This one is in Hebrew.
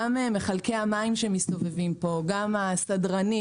גם מחלקי המים שמסתובבים פה, גם הסדרנים.